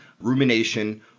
rumination